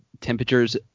temperatures –